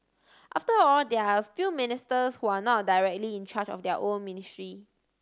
after all there are a few ministers who are not directly in charge of their own ministry